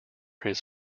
his